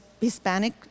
Hispanic